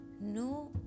no